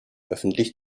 öffentlich